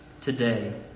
today